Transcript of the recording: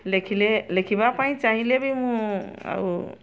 ଲେଖିଲେ ଲେଖିବା ପାଇଁ ଚାହିଁଲେ ବି ମୁଁ ଆଉ